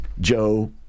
Joe